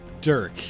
Dirk